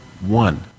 one